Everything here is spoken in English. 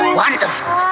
wonderful